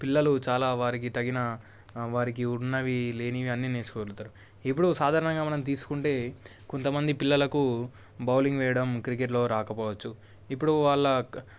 పిల్లలు చాలా వారికి తగిన వారికి ఉన్నవి లేనివి అన్నీ నేర్చుకోగలుగుతారు ఇప్పుడు సాధారణంగా మనం తీసుకుంటే కొంతమంది పిల్లలకు బౌలింగ్ వేయడం క్రికెట్లో రాకపోవచ్చు ఇప్పుడు వాళ్ళ